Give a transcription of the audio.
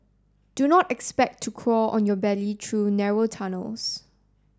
do not expect to crawl on your belly through narrow tunnels